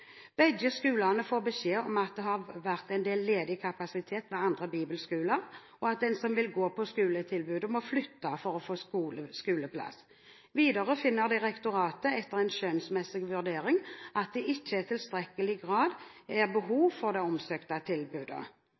Begge skolene får beskjed om at det har vært en del ledig kapasitet ved andre bibelskoler, og at de som vil benytte seg av skoletilbudet, må flytte for å få skoleplass. Videre finner direktoratet etter en skjønnsmessig vurdering at det ikke i tilstrekkelig grad er behov for det omsøkte tilbudet.